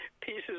pieces